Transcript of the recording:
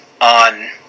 on